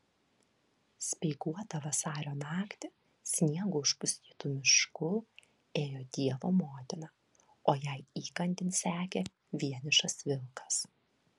speiguotą vasario naktį sniego užpustytu mišku ėjo dievo motina o jai įkandin sekė vienišas vilkas